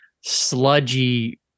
sludgy